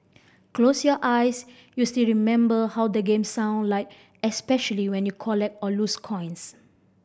close your eyes you'll still remember how the game sound like especially when you collect or lose coins